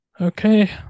Okay